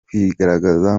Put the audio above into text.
kwigaragaza